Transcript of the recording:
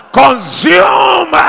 consume